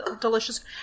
delicious